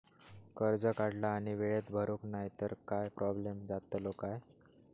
कर्ज काढला आणि वेळेत भरुक नाय तर काय प्रोब्लेम जातलो काय?